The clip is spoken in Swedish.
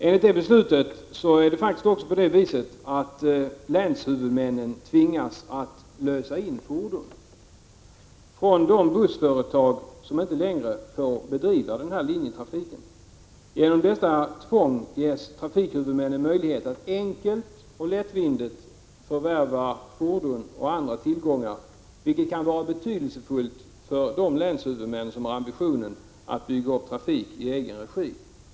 Enligt beslut tvingas länshuvudmännen att lösa in fordon från de bussföretag som inte längre får bedriva den nämnda linjetrafiken. Genom detta tvång ges trafikhuvudmännen möjlighet att enkelt och lättvindigt förvärva fordon och andra tillgångar, vilket kan vara betydelsefullt för de länshuvudmän som har ambitionen att bygga upp trafik i egen regi.